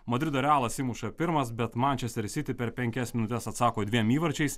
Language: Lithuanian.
madrido realas įmuša pirmas bet manchester city per penkias minutes atsako dviem įvarčiais